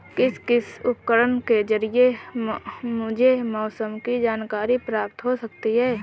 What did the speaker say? किस किस उपकरण के ज़रिए मुझे मौसम की जानकारी प्राप्त हो सकती है?